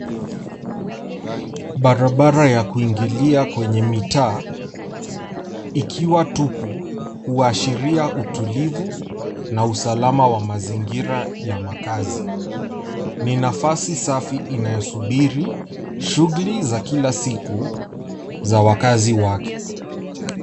Barabara ya kuingilia kwenye mitaa ikiwa tupu huashiria utulivu na usalama wa mazingira ya makazi. Ni nafasi safi inayosubiri shughuli za kila siku za wakazi wake.